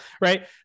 Right